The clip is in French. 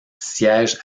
siège